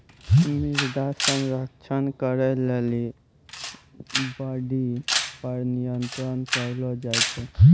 मृदा संरक्षण करै लेली बाढ़ि पर नियंत्रण करलो जाय छै